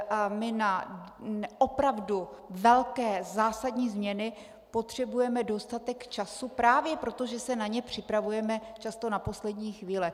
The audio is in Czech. A my na opravdu velké zásadní změny potřebujeme dostatek času právě proto, že se na ně připravujeme často na poslední chvíli.